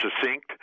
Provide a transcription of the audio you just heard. succinct